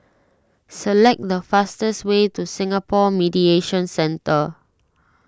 select the fastest way to Singapore Mediation Centre